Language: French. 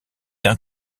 d’un